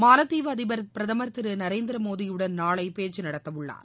மாலத்தீவு அதிபர் பிரதமர் திரு நரேந்திர மோடியுடன் நாளை பேச்சு நடத்த உள்ளார்